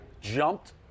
jumped